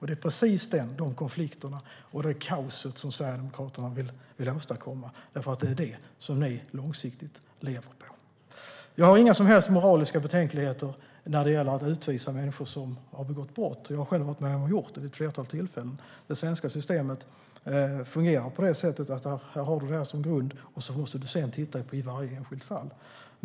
Det är precis de konflikterna och det kaoset som Sverigedemokraterna vill åstadkomma, för det är det som ni långsiktigt lever på. Jag har inga som helst moraliska betänkligheter när det gäller att utvisa människor som har begått brott. Jag har själv varit med om att göra det vid ett flertal tillfällen. Det svenska systemet fungerar på det sättet att vi har en grund, och sedan måste man titta på varje enskilt fall.